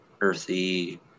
earthy